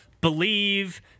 believe